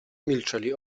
milczeli